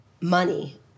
money